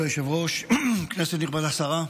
כבוד היושב-ראש, כנסת נכבדה, השרה,